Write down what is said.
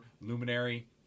Luminary